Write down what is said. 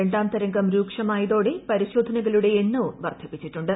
രണ്ടാം തരംഗം രൂക്ഷമായതോടെ പരിശോധനകളുടെ എണ്ണവും വർദ്ധിപ്പിച്ചിട്ടുണ്ട്